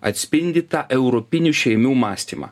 atspindi tą europinių šeimių mąstymą